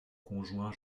conjoint